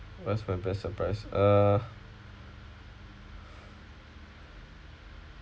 what's my best surprise uh